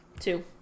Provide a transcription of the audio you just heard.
Two